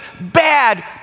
bad